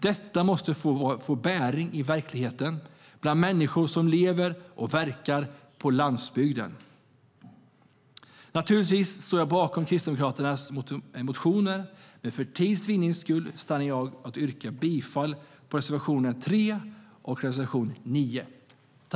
Detta måste få bäring på verkligheten bland människor som lever och verkar på landsbygden. Naturligtvis står jag bakom Kristdemokraternas motioner, men för tids vinnande yrkar jag bifall endast till reservationerna 3 och 9.